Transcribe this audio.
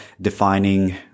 defining